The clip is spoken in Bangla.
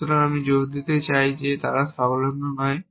সুতরাং আমি জোর দিতে চাই যে তারা সংলগ্ন নয়